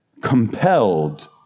compelled